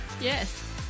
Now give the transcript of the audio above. Yes